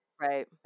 Right